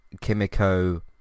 Kimiko